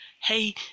Hey